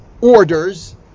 orders